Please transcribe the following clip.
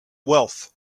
wealth